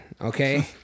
okay